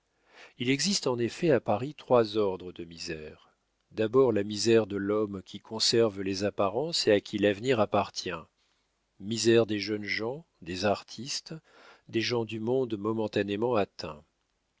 il existe en effet à paris trois ordres de misère d'abord la misère de l'homme qui conserve les apparences et à qui l'avenir appartient misère des jeunes gens des artistes des gens du monde momentanément atteints